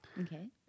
Okay